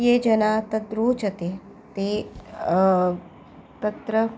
ये जना तत् रोचते ते तत्र